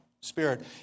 spirit